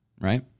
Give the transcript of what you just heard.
Right